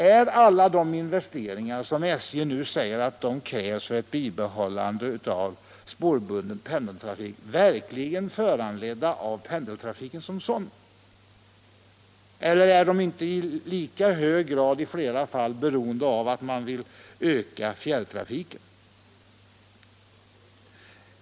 Är alla de investeringar som SJ säger krävs för ett bibehållande av spårbunden pendeltrafik verkligen föranledda av pendeltrafiken som sådan? Eller är de inte i flera fall i lika hög grad beroende av att man vill öka fjärrtrafiken?